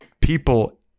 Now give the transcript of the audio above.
people